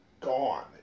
gone